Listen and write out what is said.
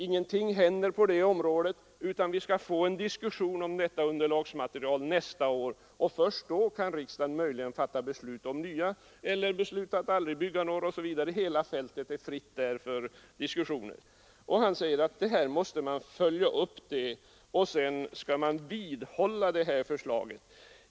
Ingenting händer på det här området, utan vi skall få en diskussion om underlagsmaterialet nästa år, och först då kan riksdagen möjligen besluta att bygga nya anläggningar eller att aldrig bygga några ytterligare kärnkraftsanläggningar, osv. Då är hela fältet fritt. Herr Sjönell menar att man måste vidhålla beslutet och följa upp det.